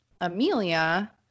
Amelia